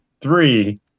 Three